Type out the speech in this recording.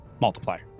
multiplier